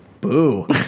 Boo